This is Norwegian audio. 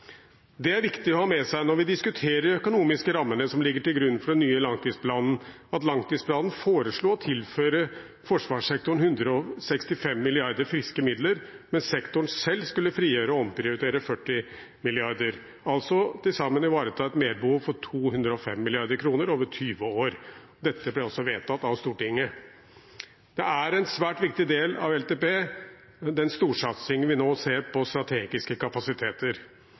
Det er viktig å ha med seg, når vi diskuterer de økonomiske rammene som ligger til grunn for den nye langtidsplanen, at i langtidsplanen foreslo man å tilføre forsvarssektoren 165 mrd. kr friske midler, mens sektoren selv skulle frigjøre og omprioritere 40 mrd. kr – altså til sammen ivareta et merbehov for 205 mrd. kr over 20 år. Dette ble også vedtatt av Stortinget. Den storsatsingen vi nå ser på strategiske kapasiteter, er en svært viktig del av LTP,